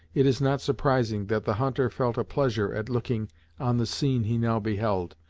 it is not surprising that the hunter felt a pleasure at looking on the scene he now beheld,